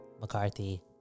McCarthy